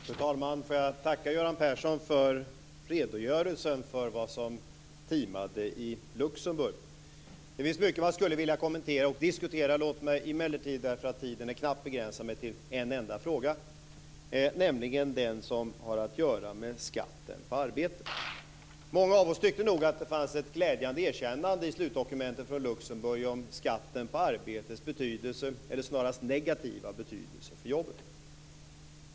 Fru talman! Låt mig tacka Göran Persson för redogörelsen för vad som timade i Luxemburg. Det finns mycket som jag skulle vilja kommentera och diskutera. Men eftersom tiden är knapp skall jag begränsa mig till en enda fråga, nämligen till den fråga som har att göra med skatten på arbete. Många av oss tyckte nog att det fanns ett glädjande erkännande i slutdokumentet från Luxemburg i fråga om betydelsen av skatten på arbete - eller snarare skattens negativa betydelse för jobben.